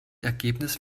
ergebnis